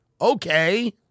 Okay